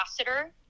ambassador